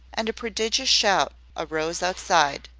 and a prodigious shout arose outside.